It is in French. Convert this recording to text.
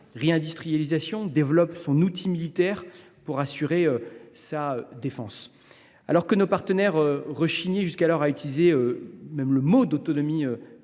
réindustrialisation. Elle développe son outil militaire pour assurer sa défense. Alors que nos partenaires rechignaient à utiliser l’expression « autonomie